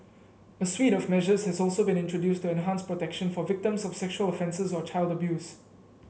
a suite of measures has also been introduced to enhance protection for victims of sexual offences or child abuse